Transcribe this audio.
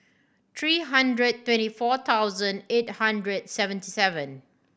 three hundred twenty four thousand eight hundred seventy seven